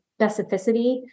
specificity